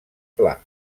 pla